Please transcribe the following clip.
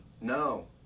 no